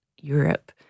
Europe